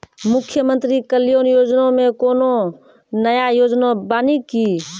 मुख्यमंत्री कल्याण योजना मे कोनो नया योजना बानी की?